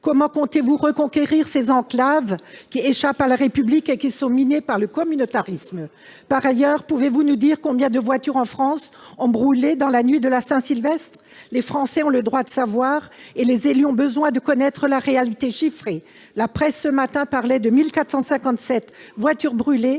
Comment comptez-vous reconquérir ces enclaves qui échappent à la République et qui sont minées par le communautarisme ? Par ailleurs, pouvez-vous nous dire combien de voitures, en France, ont brûlé dans la nuit de la Saint-Sylvestre ? Les Français ont le droit de savoir et les élus ont besoin de connaître la réalité chiffrée. La presse, ce matin, évoquait 1 457 voitures brûlées,